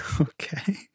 Okay